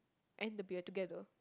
and the beer together